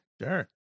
Sure